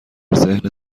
ذهن